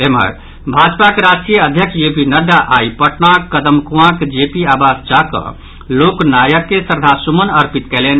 एम्हर भाजपाक राष्ट्रीय अध्यक्ष जेपी नड्डा आई पटनाक कदमकुंआक जेपी आवास जा कऽ लोकनायक के श्रद्वासुमन अर्पित कयलनि